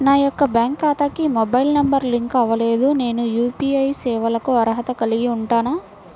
నా యొక్క బ్యాంక్ ఖాతాకి మొబైల్ నంబర్ లింక్ అవ్వలేదు నేను యూ.పీ.ఐ సేవలకు అర్హత కలిగి ఉంటానా?